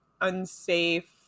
unsafe